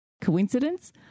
Coincidence